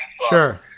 Sure